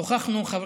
שוחחנו על המשפחות,